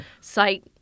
site